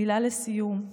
מילה לסיום: